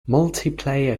multiplayer